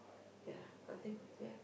ya I think ya